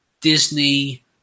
Disney